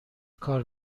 کار